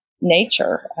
nature